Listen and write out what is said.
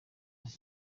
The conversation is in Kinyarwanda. nabo